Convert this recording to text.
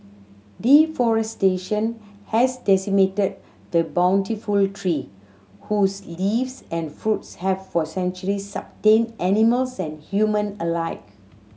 deforestation has decimated the bountiful tree whose leaves and fruits have for centuries sustained animals and human alike